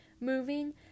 moving